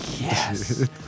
Yes